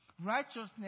righteousness